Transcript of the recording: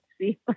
see